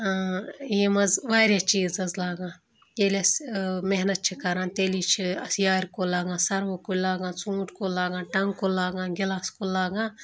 یِم حظ واریاہ چیٖز حظ لاگان ییٚلہِ أسۍ محنت چھِ کَران تیٚلی چھِ أسۍ یارِ کُلۍ لاگان سَروٕ کُلۍ ژوٗںٛٹھ لاگان ٹنٛگہٕ کُل لاگان گِلاس کُل لاگان